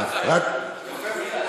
יופי.